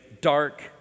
dark